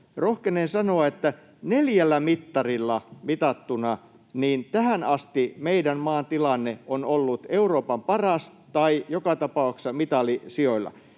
Rohkenen sanoa, että neljällä mittarilla mitattuna tähän asti meidän maan tilanne on ollut Euroopan paras tai joka tapauksessa mitalisijoilla: